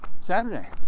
Saturday